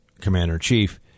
commander-in-chief